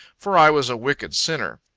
for i was a wicked sinner.